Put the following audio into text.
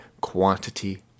quantity